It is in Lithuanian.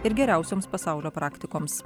ir geriausioms pasaulio praktikoms